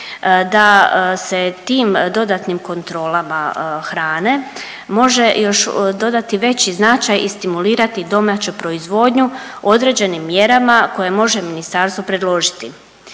da se tim dodatnim kontrolama hrane može još dodati veći značaj i stimulirati domaću proizvodnju određenim mjerama koje može ministarstvo predložiti.